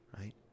right